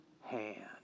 hand